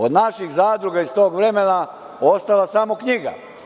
Od naših zadruga iz tog vremena ostala je samo knjiga.